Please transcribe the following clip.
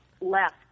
left